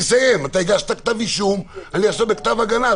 הגשת כתב אישום, ואני עכשיו בכתב הגנה.